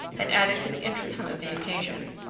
and added to the interest of the occasion,